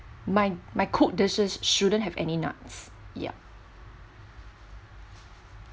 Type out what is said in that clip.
my my cook dishes shouldn't have any nut yup